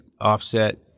offset